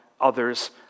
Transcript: Others